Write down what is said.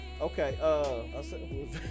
Okay